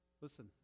Listen